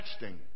texting